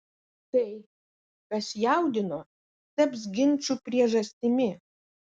tai kas jaudino taps ginčų priežastimi